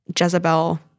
Jezebel